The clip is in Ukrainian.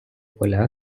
поля